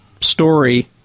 story